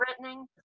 threatening